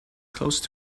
close